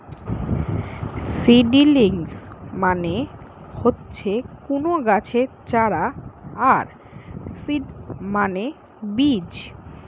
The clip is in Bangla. সিডিলিংস মানে হচ্ছে কুনো গাছের চারা আর সিড মানে বীজ